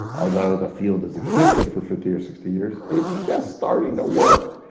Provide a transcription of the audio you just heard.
although the field has existed for fifty or sixty years, it's just starting to work.